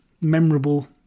memorable